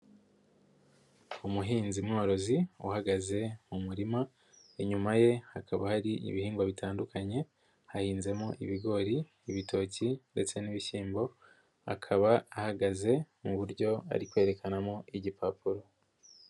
Umuhinzi mworozi uhagaze mu murima, inyuma ye hakaba hari ibihingwa bitandukanye, hahinzemo ibigori, ibitoki ndetse n'ibishyimbo, akaba ahagaze mu buryo ari kwerekanamo igipapuro.